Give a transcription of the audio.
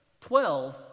twelve